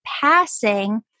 passing